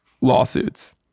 lawsuits